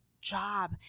job